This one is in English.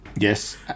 Yes